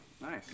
nice